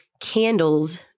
candles